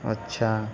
اچھا